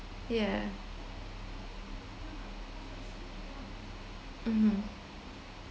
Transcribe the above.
yeah (uh huh)